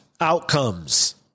outcomes